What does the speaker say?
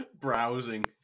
browsing